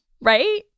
Right